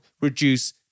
reduce